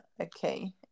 okay